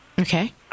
Okay